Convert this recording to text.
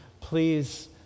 Please